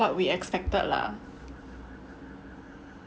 what we expected lah